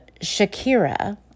Shakira